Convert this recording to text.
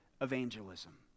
evangelism